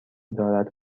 دارد